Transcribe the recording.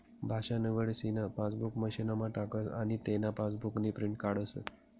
भाषा निवडीसन पासबुक मशीनमा टाकस आनी तेना पासबुकनी प्रिंट काढस